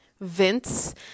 Vince